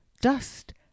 dust